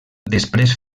després